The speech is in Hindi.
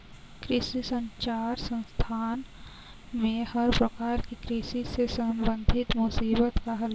कृषि संचार संस्थान में हर प्रकार की कृषि से संबंधित मुसीबत का हल है